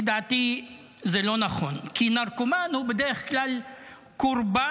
לדעתי זה לא נכון, כי נרקומן הוא בדרך כלל קורבן,